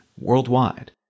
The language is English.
worldwide